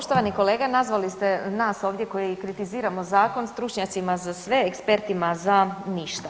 Poštovani kolega nazvali ste nas ovdje koji kritiziramo zakon stručnjacima za sve, ekspertima za ništa.